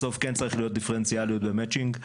בסוף כן צריך להיות דיפרנציאליות למצ'ינג.